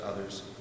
others